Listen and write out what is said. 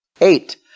Eight